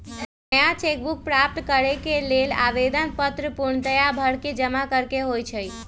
नया cheque book प्राप्त करेके लेल आवेदन पत्र पूर्णतया भरके जमा करेके होइ छइ